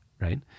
Right